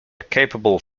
capable